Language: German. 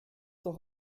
doch